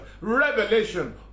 revelation